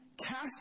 Cast